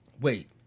wait